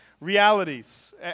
realities